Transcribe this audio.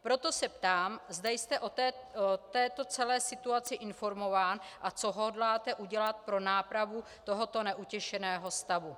Proto se ptám, zda jste o této celé situaci informován a co hodláte udělat pro nápravu tohoto neutěšeného stavu.